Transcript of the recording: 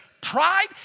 pride